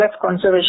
Conservation